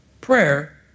prayer